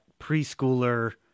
preschooler